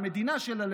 המדינה שלה,